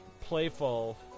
playful